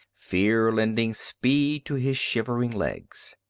fear lending speed to his shivering legs.